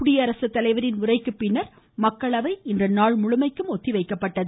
குடியரசுத்தலைவரின் உரைக்கு பின்னர் மக்களவை நாள் முழுமைக்கும் ஒத்திவைக்கப்பட்டது